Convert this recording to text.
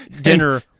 dinner